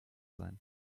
sein